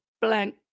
blank